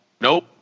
Nope